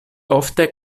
ofte